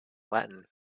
latin